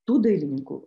tų dailininkų